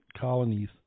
colonies